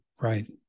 right